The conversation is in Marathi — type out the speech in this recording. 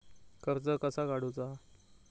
कर्ज कसा काडूचा?